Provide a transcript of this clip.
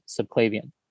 subclavian